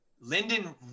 Linden